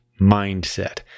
Mindset